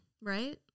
right